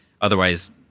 otherwise